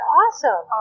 awesome